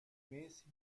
mäßig